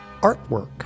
artwork